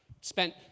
spent